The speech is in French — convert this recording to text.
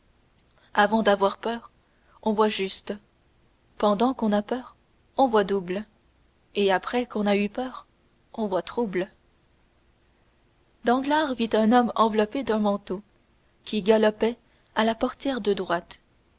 avant d'avoir peur on voit juste pendant qu'on a peur on voit double et après qu'on a eu peur on voit trouble danglars vit un homme enveloppé d'un manteau qui galopait à la portière de droite